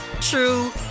true